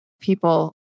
people